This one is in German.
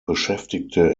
beschäftigte